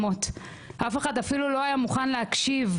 אף אחד לא היה מוכן להקשיב,